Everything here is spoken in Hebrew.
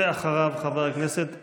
חברת הכנסת ביטון,